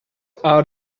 are